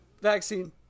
vaccine